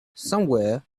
somewhere